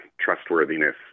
trustworthiness